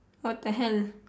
what the hell